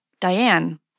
Diane